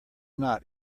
not